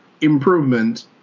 improvement